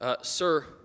sir